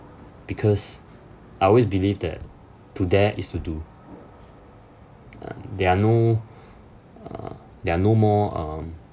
because I always believe that to dare is to do uh there are no uh there are no more um